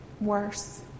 worse